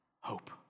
hope